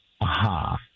Aha